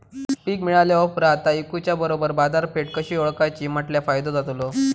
पीक मिळाल्या ऑप्रात ता इकुच्या बरोबर बाजारपेठ कशी ओळखाची म्हटल्या फायदो जातलो?